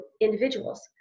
individuals